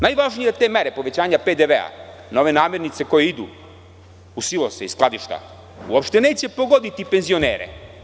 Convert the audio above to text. Najvažnije od te mere povećanja PDV na ove namernice koje idu u silose i skladišta uopšte neće pogoditi penzionere.